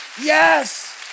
yes